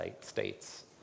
states